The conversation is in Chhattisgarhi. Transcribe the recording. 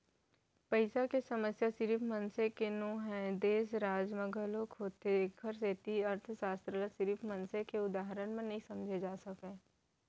पइसा के समस्या सिरिफ मनसे के नो हय, देस, राज म घलोक होथे एखरे सेती अर्थसास्त्र ल सिरिफ मनसे के उदाहरन म नइ समझे जा सकय